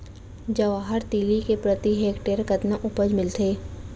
जवाहर तिलि के प्रति हेक्टेयर कतना उपज मिलथे?